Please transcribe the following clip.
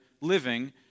living